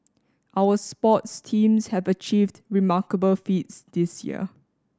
our sports teams have achieved remarkable feats this year